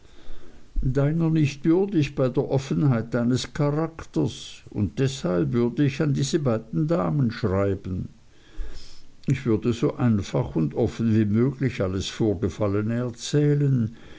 deiner nicht würdig bei der offenheit deines charakters und deshalb würde ich an diese beiden damen schreiben ich würde so einfach und offen wie möglich alles vorgefallene erzählen